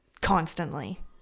Constantly